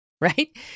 right